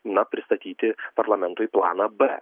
na pristatyti parlamentui planą b